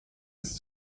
ist